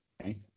okay